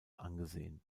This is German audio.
angesehen